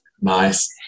Nice